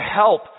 help